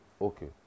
Okay